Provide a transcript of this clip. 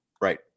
Right